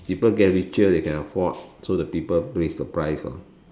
people get richer they can afford so the people pays the price lor